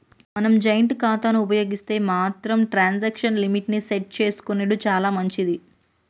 మనం జాయింట్ ఖాతాను ఉపయోగిస్తే మాత్రం ట్రాన్సాక్షన్ లిమిట్ ని సెట్ చేసుకునెడు చాలా మంచిది